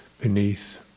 beneath